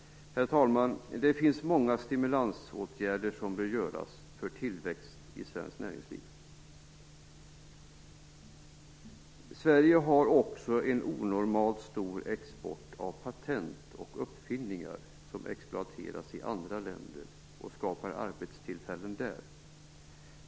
Herr talman! Det finns många stimulansåtgärder som bör göras för att skapa tillväxt i svenskt näringsliv. Sverige har också en onormalt stor export av patent och uppfinningar, som exploateras i andra länder och skapar arbetstillfällen där.